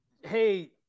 hey